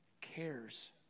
cares